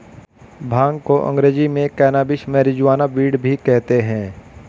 भांग को अंग्रेज़ी में कैनाबीस, मैरिजुआना, वीड भी कहते हैं